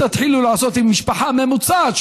תתחילו לעשות עם משפחה ממוצעת,